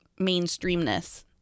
mainstreamness